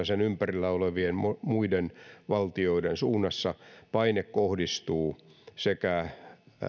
sen ympärillä olevien muiden valtioiden suunnassa paine kohdistuu